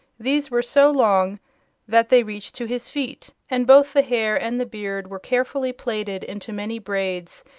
these were so long that they reached to his feet, and both the hair and the beard were carefully plaited into many braids,